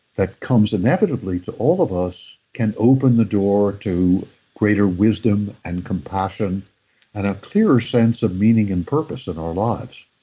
that comes inevitably to all of us, can open the door to greater wisdom and compassion and a clearer sense of meaning and purpose in our lives.